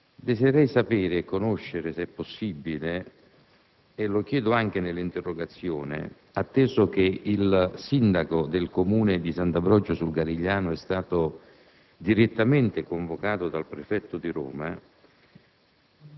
Desidererei sapere, se possibile, e lo chiedo anche nell'interrogazione, atteso che il sindaco del Comune di Sant'Ambrogio sul Garigliano è stato direttamente convocato dal prefetto di Roma,